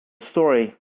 story